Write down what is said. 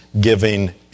giving